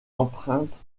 empreinte